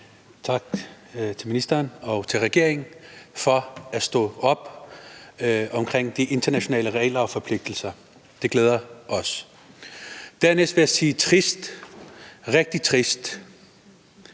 takke ministeren og regeringen for at stå op for de internationale regler og forpligtelser – det glæder os. Dernæst vil jeg sige, at det er trist,